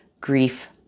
grief